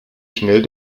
schnell